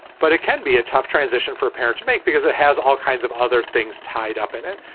but it can be a tough transition for a parent to make because it has all kinds of other things tied up in it.